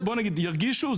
ירגישו,